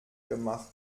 gemacht